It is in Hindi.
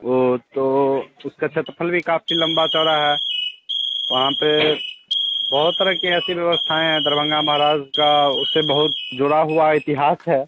वो तो उसका क्षेत्रफल भी काफ़ी लम्बा चौड़ा है वहाँ पर बहुत तरह की ऐसी व्यवस्थाएँ हैं दरभंगा महाराज का उससे बहुत जुड़ा हुआ इतिहास है